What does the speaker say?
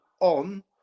on